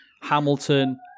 Hamilton